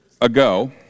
ago